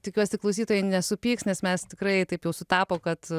tikiuosi klausytojai nesupyks nes mes tikrai taip jau sutapo kad